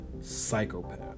psychopath